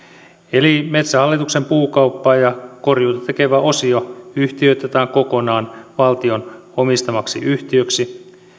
eli metsähallituksen puukauppaa ja korjuuta tekevä osio yhtiöitetään kokonaan valtion omistamaksi yhtiöksi